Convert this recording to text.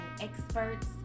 experts